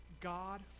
God